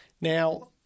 Now